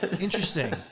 Interesting